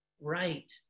right